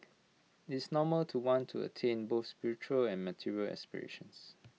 it's normal to want to attain both spiritual and material aspirations